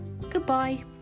goodbye